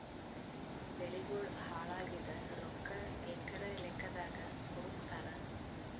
ಬೆಳಿಗೋಳ ಹಾಳಾಗಿದ ರೊಕ್ಕಾ ಎಕರ ಲೆಕ್ಕಾದಾಗ ಕೊಡುತ್ತಾರ?